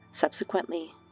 subsequently